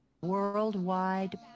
Worldwide